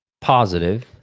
positive